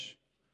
יש.